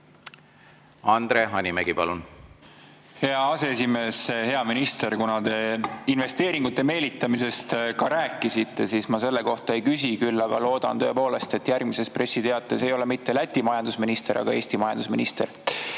Andre Hanimägi, palun! Hea aseesimees! Hea minister! Kuna te investeeringute meelitamisest rääkisite, siis ma selle kohta ei küsi, küll aga loodan tõepoolest, et järgmises pressiteates ei ole mitte Läti majandusminister, vaid Eesti majandusminister.